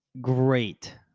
great